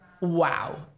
wow